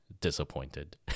disappointed